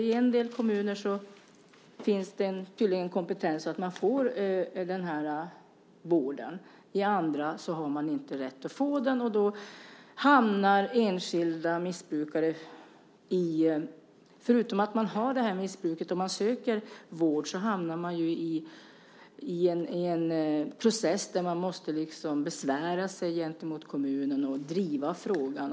I en del kommuner finns det tydligen kompetens så att man får vård, och i andra har man inte rätt att få det. Förutom att man har detta missbruk och söker vård hamnar enskilda missbrukare i en process där man måste besvära sig gentemot kommunen och driva frågan.